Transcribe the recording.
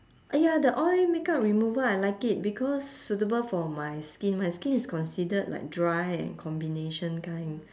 !aiya! the oil makeup remover I like it because suitable for my skin my skin is considered like dry and combination kind